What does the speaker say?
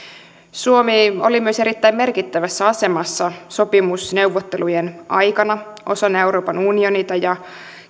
suomi oli myös erittäin merkittävässä asemassa sopimusneuvottelujen aikana osana euroopan unionia ja